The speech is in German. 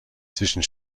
zwischen